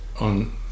on